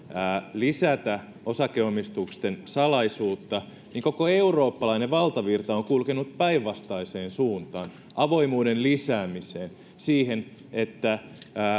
lisätä osakeomistusten salaisuutta niin koko eurooppalainen valtavirta on kulkenut päinvastaiseen suuntaan avoimuuden lisäämiseen siihen että